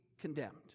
condemned